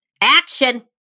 action